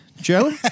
Joe